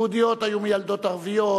יהודיות היו מיילדות ערביות,